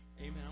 Amen